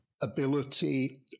ability